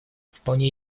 вполне